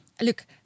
look